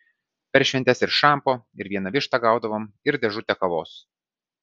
per šventes ir šampo ir vieną vištą gaudavom ir dėžutę kavos